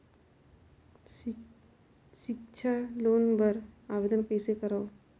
सिक्छा लोन बर आवेदन कइसे करव?